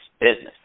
business